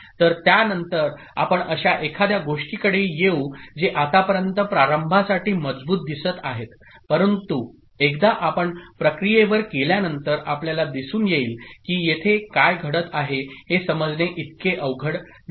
तर त्यानंतर आपण अश्या एखाद्या गोष्टीकडे येऊ जे आतापर्यंत प्रारंभासाठी मजबूत दिसत आहेत परंतु एकदा आपण प्रक्रियेवर गेल्यानंतर आपल्याला दिसून येईल की येथे काय घडत आहे हे समजणे इतके अवघड नाही